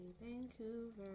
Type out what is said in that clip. Vancouver